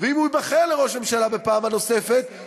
ואם הוא ייבחר לראש הממשלה בפעם הנוספת,